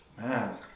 man